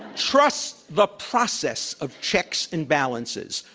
trust the process of checks and balances,